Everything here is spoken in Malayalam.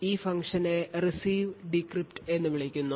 ഈ ഫംഗ്ഷനെ RecvDecrypt എന്ന് വിളിക്കുന്നു